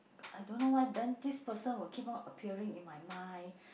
I don't know why then this person will keep on appearing in my mind